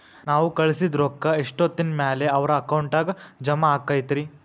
ನಾವು ಕಳಿಸಿದ್ ರೊಕ್ಕ ಎಷ್ಟೋತ್ತಿನ ಮ್ಯಾಲೆ ಅವರ ಅಕೌಂಟಗ್ ಜಮಾ ಆಕ್ಕೈತ್ರಿ?